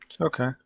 Okay